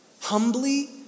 humbly